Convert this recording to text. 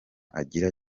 agira